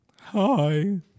Hi